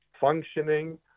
functioning